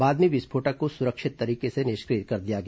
बाद में विस्फोटक को सुरक्षित तरीके से निष्क्रिय कर दिया गया